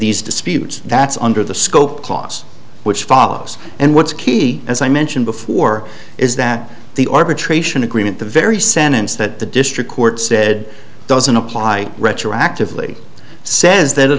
these disputes that's under the scope clause which follows and what's key as i mentioned before is that the arbitration agreement the very sentence that the district court said doesn't apply retroactively says th